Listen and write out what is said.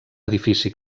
edifici